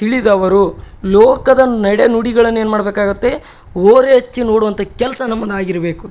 ತಿಳಿದವರು ಲೋಕದ ನಡೆ ನುಡಿಗಳನ್ನು ಏನು ಮಾಡಬೇಕಾಗುತ್ತೆ ಒರೆ ಹಚ್ಚಿ ನೋಡುವಂಥ ಕೆಲಸ ನಮ್ಮದಾಗಿರಬೇಕು